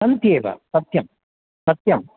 सन्ति एव सत्यं सत्यं